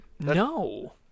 No